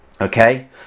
Okay